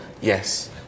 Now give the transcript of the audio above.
Yes